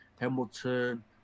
Hamilton